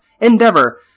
endeavor